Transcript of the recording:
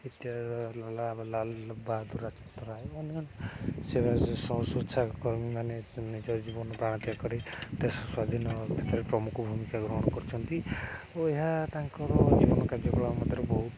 ଇତ୍ୟାଦ ଲାଲ ବାହଦୁର ଶାସ୍ତ୍ର ଅନ୍ୟନ୍ୟ ସେମାନେ ସ୍ୱଚ୍ଛାକର୍ମୀମାନେ ନିଜର ଜୀବନ ପ୍ରାଣତ୍ୟାଗ କରି ଦେଶ ସ୍ୱାଧୀନ ଭିତରେ ପ୍ରମୁଖ ଭୂମିକା ଗ୍ରହଣ କରିଛନ୍ତି ଓ ଏହା ତାଙ୍କର ଜୀବନ କାର୍ଯ୍ୟକଳାପ ମଧ୍ୟରେ ବହୁତ